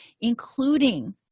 including